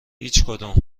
هیچدوم